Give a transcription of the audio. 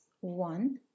one